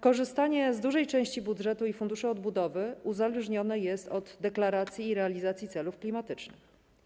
Korzystanie z dużej części budżetu i Funduszu Odbudowy uzależnione jest od deklaracji i realizacji celów klimatycznych.